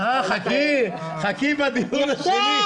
חכי לדיון השני...